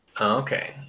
Okay